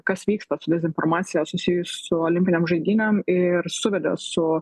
kas vyksta su dezinformacija susijusia su olimpinėm žaidynėm ir suvedė su